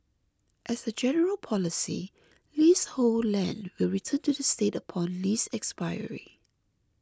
as a general policy leasehold land will return to the state upon lease expiry